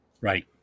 Right